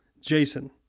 Jason